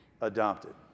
adopted